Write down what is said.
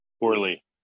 poorly